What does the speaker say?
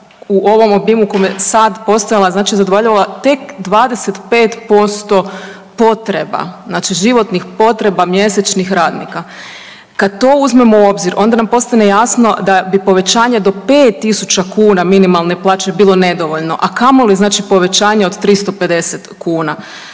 u ovom obimu u kome je sad postojala zadovoljava tek 25% potreba, znači životnih potreba mjesečnih radnika. Kad to uzmemo u obzir onda nam postane jasno da bi povećanje do 5.000 kuna minimalne plaće bilo nedovoljno, a kamoli povećanje od 350 kuna.